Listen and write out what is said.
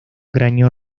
cráneo